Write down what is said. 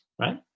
right